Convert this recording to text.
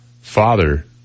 father